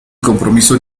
compromiso